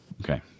okay